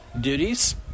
duties